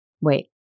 Wait